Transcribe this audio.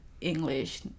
English